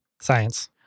Science